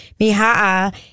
Miha'a